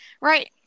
right